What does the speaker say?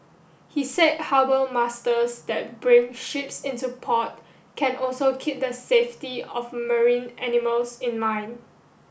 he say harbour masters that bring ships into port can also keep the safety of marine animals in mind